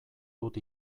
dut